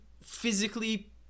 physically